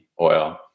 oil